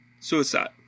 suicide